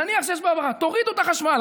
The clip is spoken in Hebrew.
נניח שיש בעיה בחשמל, תורידו את החשמל.